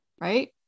right